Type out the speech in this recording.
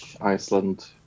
Iceland